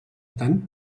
tant